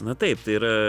na taip tai yra